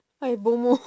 I bomoh